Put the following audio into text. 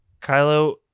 Kylo